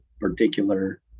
particular